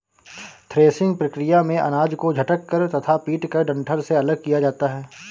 threshing प्रक्रिया में अनाज को झटक कर तथा पीटकर डंठल से अलग किया जाता है